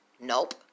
Nope